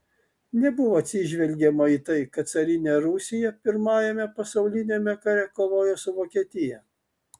nebuvo atsižvelgiama į tai kad carinė rusija pirmajame pasauliniame kare kovojo su vokietija